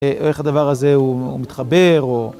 או איך הדבר הזה, הוא מתחבר, או...